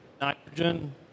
nitrogen